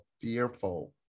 fearful